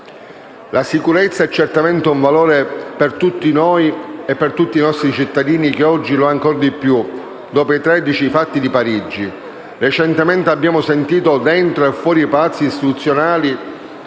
La sicurezza è certamente un valore per tutti noi e per tutti i nostri cittadini e oggi lo è ancor di più, dopo i tragici fatti di Parigi. Recentemente abbiamo sentito, dentro e fuori i palazzi istituzionali,